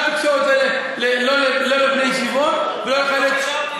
אל תקשור את זה לא לבני הישיבות ולא לחיילי,